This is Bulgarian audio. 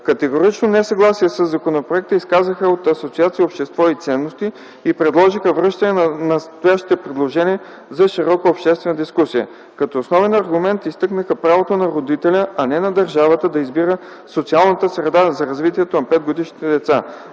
Категорично несъгласие със законопроекта изказаха от Асоциация „Общество и ценности” и предложиха връщане на настоящите предложения за широка обществена дискусия. Като основен аргумент изтъкнаха правото на родителя, а не на държавата, да избира социалната среда за развитието на 5-годишните деца.